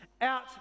out